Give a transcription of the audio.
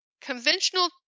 conventional